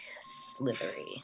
slithery